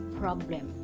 problem